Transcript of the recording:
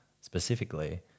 specifically